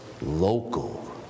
local